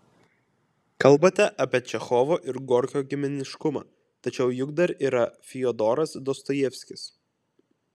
kalbate apie čechovo ir gorkio giminiškumą tačiau juk dar yra fiodoras dostojevskis